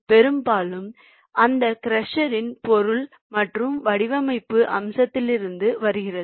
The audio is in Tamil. பெரும்பாலும் அந்த க்ரஷர்யின் பொருள் மற்றும் வடிவமைப்பு அம்சத்திலிருந்து வருகிறது